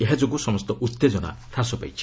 ଏହାଯୋଗୁଁ ସମସ୍ତ ଉତ୍ତେଜନା ହ୍ରାସ ପାଇଛି